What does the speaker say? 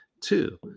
Two